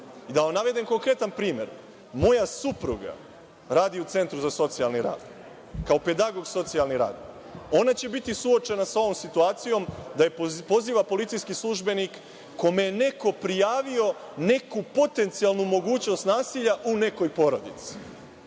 Da vam navedem konkretan primer. Moja supruga radi u centru za socijalni rad, kao pedagog socijalni radnik. Ona će biti suočena sa ovom situacijom da je poziva policijski službenik kome je neko prijavio neku potencijalnu mogućnost nasilja u nekoj porodici.